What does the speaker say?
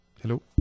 Hello